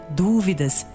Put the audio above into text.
dúvidas